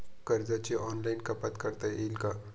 कर्जाची ऑनलाईन कपात करता येईल का?